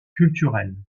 culturel